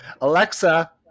Alexa